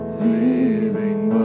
living